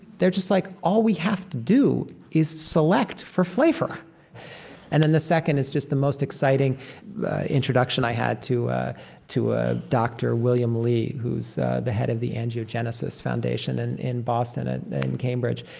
they're just like all we have to do is select for flavor and then the second, it's just the most exciting introduction i had to ah to ah dr. william li, who's the head of the angiogenesis foundation and in boston at and cambridge,